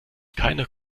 keiner